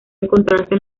encontrarse